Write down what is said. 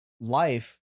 life